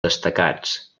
destacats